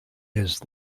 his